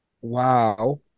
wow